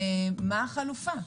החלופה?